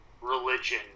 religion